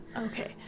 Okay